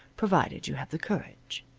provided you have the courage.